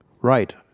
Right